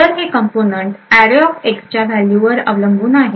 तर हे कंपोनेंट arrayxच्या व्हॅल्यूवर अवलंबून आहे